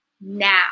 now